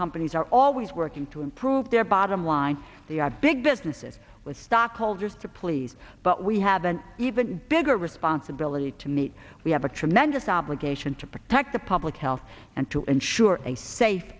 companies are always working to improve their bottom line the are big businesses with stockholders to please but we have an even bigger responsibility to meet we have a tremendous obligation to protect the public health and to ensure a safe